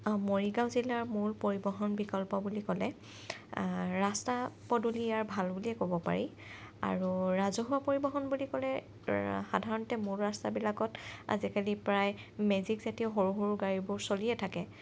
মৰিগাঁও জিলাৰ মোৰ পৰিবহণ বিকল্প বুলি ক'লে ৰাস্তা পদূলি ইয়াৰ ভাল বুলিয়ে ক'ব পাৰি আৰু ৰাজহুৱা পৰিবহণ বুলি ক'লে সাধাৰণতে মোৰ ৰাস্তাবিলাকত আজিকালি প্ৰায় মেজিক জাতীয় সৰু সৰু গাড়ীবোৰ চলিয়ে থাকে